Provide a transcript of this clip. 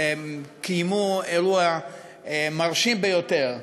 והם קיימו אירוע מרשים ביותר,